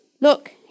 Look